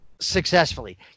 successfully